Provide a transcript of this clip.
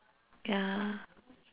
ya